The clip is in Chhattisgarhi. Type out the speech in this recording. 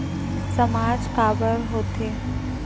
सामाज काबर हो थे?